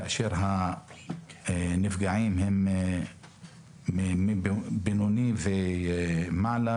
כאשר הנפגעים הם מבינוני ומעלה,